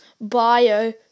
bio